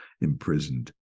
imprisoned